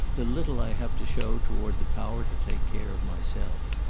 the little i have to show toward the power to take care of myself.